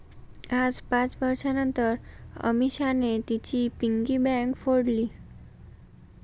आज पाच वर्षांनतर अमीषाने तिची पिगी बँक फोडली